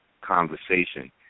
conversation